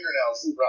fingernails